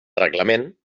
reglament